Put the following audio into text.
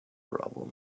problem